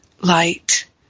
light